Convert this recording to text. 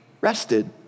rested